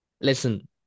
listen